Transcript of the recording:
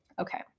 Okay